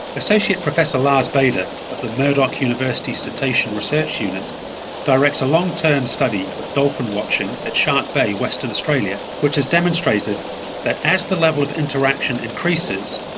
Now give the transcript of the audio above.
associate professor lars bejder of the murdoch university cetacean research unit directs a long-term study of dolphin watching at shark bay, western australia, which has demonstrated that as the level of interaction increases,